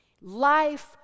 life